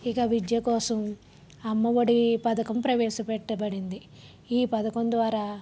ఇక విద్య కోసం అమ్మ ఒడి పథకం ప్రవేశ పెట్టబడింది ఈ పథకం ద్వారా